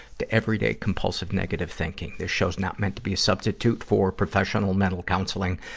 to everyday compulsive, negative thinking. this show's not meant to be a substitute for professional mental counseling.